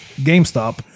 GameStop